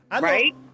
right